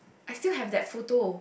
I still have that photo